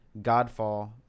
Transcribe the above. Godfall